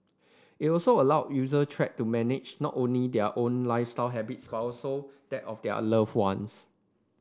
it also allow user track to manage not only their own lifestyle habits but also that of their love ones